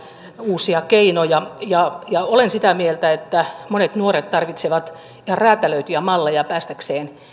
uusia keinoja ja ja olen sitä mieltä että monet nuoret tarvitsevat ihan räätälöityjä malleja päästäkseen